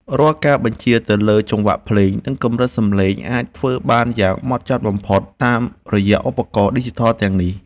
រាល់ការបញ្ជាទៅលើចង្វាក់ភ្លេង និង កម្រិតសំឡេងអាចធ្វើបានយ៉ាងហ្មត់ចត់បំផុតតាមរយៈឧបករណ៍ឌីជីថលទាំងនេះ។